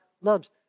loves